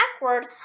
backward